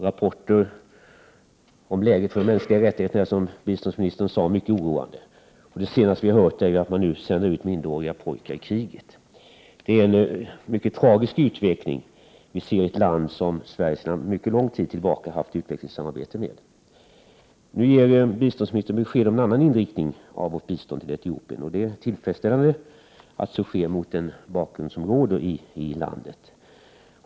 Rapporterna om läget för de mänskliga rättigheterna är, som biståndsministern sade, mycket oroande. Det senaste vi har hört är ju att man sänder ut minderåriga i kriget. Det är en mycket tragisk utveckling vi ser i ett land som Sverige sedan mycket lång tid har haft utvecklingssamarbete med. Nu ger biståndsministern besked om en annan inriktning av vårt bistånd till Etiopien, och det är tillfredsställande mot bakgrund av den situation som råder i landet.